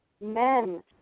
men